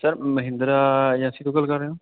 sir Mahindra agency ਤੋਂ ਗੱਲ ਕਰ ਰਹੇ ਹੋ